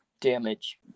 damage